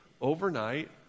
overnight